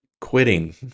Quitting